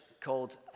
called